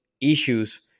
issues